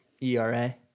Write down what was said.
ERA